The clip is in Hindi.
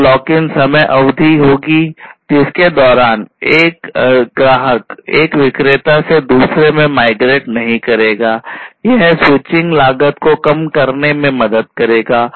एक लॉक इन समय अवधि होगी जिसके दौरान ग्राहक एक विक्रेता से दूसरे में माइग्रेट के निर्माण में सुधार करेगा